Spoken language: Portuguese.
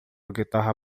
guitarra